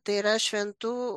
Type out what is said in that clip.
tai yra šventų